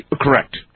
Correct